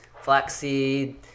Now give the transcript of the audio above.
flaxseed